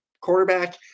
quarterback